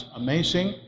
amazing